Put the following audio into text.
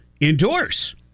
endorse